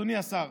אדוני השר,